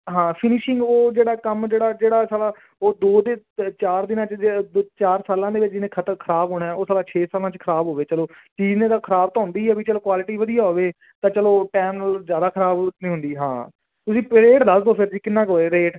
ਹਾਂ ਫਿਨੀਸਿੰਗ ਉਹ ਜਿਹੜਾ ਕੰਮ ਜਿਹੜਾ ਜਿਹੜਾ ਸਾਲਾ ਉਹ ਦੋ ਦਿਨ ਚਾਰ ਦਿਨਾਂ 'ਚ ਚਾਰ ਸਾਲਾਂ ਦੇ ਵਿੱਚ ਇਹਨੇ ਖਤਰ ਖਰਾਬ ਹੋਣਾ ਉਹ ਸਾਲਾ ਛੇ ਸਮਾਂ 'ਚ ਖਰਾਬ ਹੋਵੇ ਚਲੋ ਚੀਜ਼ ਨੇ ਤਾਂ ਖਰਾਬ ਹੁੰਦੀ ਹੈ ਵੀ ਚਲ ਕੁਆਲਿਟੀ ਵਧੀਆ ਹੋਵੇ ਤਾਂ ਚਲੋ ਟਾਈਮ ਜ਼ਿਆਦਾ ਖਰਾਬ ਨਹੀਂ ਹੁੰਦੀ ਹਾਂ ਤੁਸੀਂ ਰੇਟ ਦੱਸ ਦਿਓ ਫਿਰ ਜੀ ਕਿੰਨਾ ਕੁ ਹੋਏ ਰੇਟ